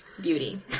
Beauty